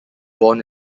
born